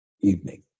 evening